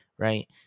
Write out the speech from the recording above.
Right